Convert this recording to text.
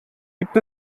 gibt